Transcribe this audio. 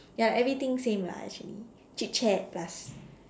ya everything same lah actually chit chat plus